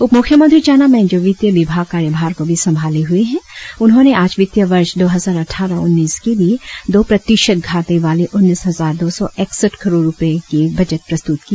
उपमुख्यमंत्री चाउना मेन जो वित्तीय विभाग कार्यभार को भी संभाले हुए है उन्होंने आज वित्तीय वर्ष दो हजार अटठारह उन्नीस के लिए दो प्रतिशत घाटे वाले उन्नीस हजार दो सौ एकसठ करोड़ रुपए बजट प्रस्तुत किया